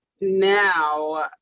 now